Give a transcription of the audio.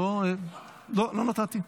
לא נתתי.